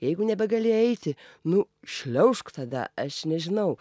jeigu nebegali eiti nu šliaužk tada aš nežinau